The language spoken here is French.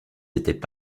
étaient